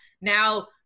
now